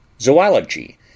zoology